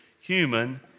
human